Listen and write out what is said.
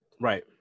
Right